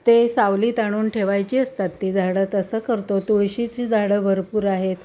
ते सावलीत आणून ठेवायची असतात ती झाडं तसं करतो तुळशीची झाडं भरपूर आहेत